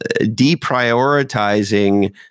deprioritizing